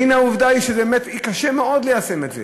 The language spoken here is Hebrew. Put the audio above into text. והנה, עובדה שבאמת קשה מאוד ליישם את זה.